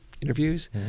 interviews